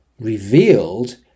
revealed